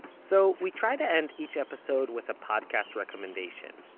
so we try to end each episode with a podcast recommendation,